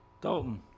Dalton